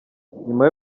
nyuma